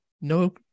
No